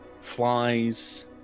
flies